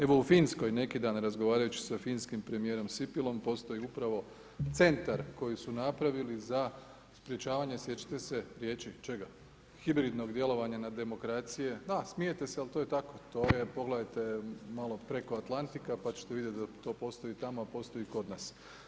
Evo u Finskoj neki dan razgovarajući sa finskim premijerom Sipilom postoji upravo centar koji su napravili za sprječavanje, sjećate se riječ, čega, hibridnog djelovanja na demokracije, da smijete se ali to je tako, to je pogledajte malo preko atlantika pa čete vidjeti da to postoji tamo a postoji i kod nas.